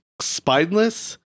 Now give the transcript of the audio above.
spineless